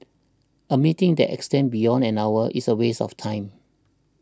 a meeting that extends beyond an hour is a waste of time